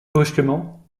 brusquement